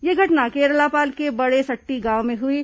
यह घटना केरलापाल के बड़ेसट्टी गांव में हुई है